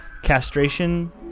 castration